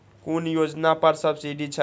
कुन योजना पर सब्सिडी छै?